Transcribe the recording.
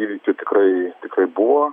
įvykių tikrai tikrai buvo